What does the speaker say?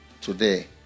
today